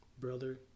brother